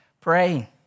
Pray